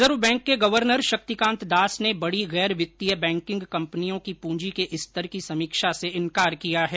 reserve bank के governor Shaktikanta Das ने बड़ी गैर वित्तीय बैंकिंग कंपनियों की पूंजी के स्तर की समीक्षा से इंकार किया है